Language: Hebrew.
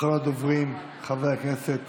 אחרון הדוברים, חבר הכנסת